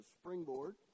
springboard